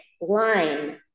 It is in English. line